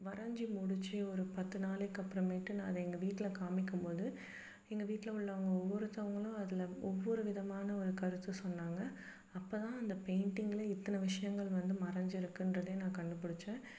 வரைஞ்சி முடித்து ஒரு பத்து நாளைக்கு அப்புறமேட்டு நான் அதை எங்கள் வீட்டில் காமிக்கும்போது எங்கள் வீட்டில் உள்ளவங்கள் ஒவ்வொருத்தவங்களும் அதில் ஒவ்வொரு விதமான ஒரு கருத்தை சொன்னாங்க அப்போதான் அந்த பெயிண்டிங்கில் இத்தனை விஷயங்கள் வந்து மறைஞ்சிருக்குகிறதே நான் கண்டுபிடிச்சேன்